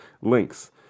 Links